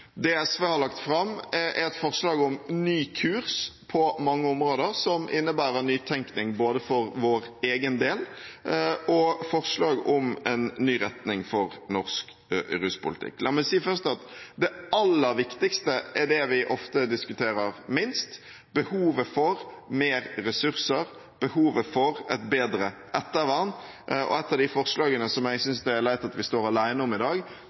Det SV har lagt fram, er både et forslag om ny kurs på mange områder som innebærer nytenkning for vår egen del, og forslag om en ny retning for norsk ruspolitikk. La meg si først at det aller viktigste er det vi ofte diskuterer minst: Behovet for mer ressurser, behovet for et bedre ettervern og – et av de forslagene som jeg synes det er leit at vi står alene om i dag